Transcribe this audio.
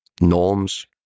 norms